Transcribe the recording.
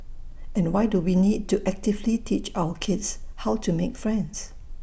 and why do we need to actively teach our kids how to make friends